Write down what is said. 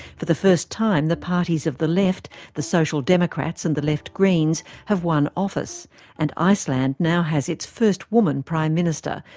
for the first time, the parties of the left, the social democrats and the left greens, have won office and iceland now has its first woman prime minister,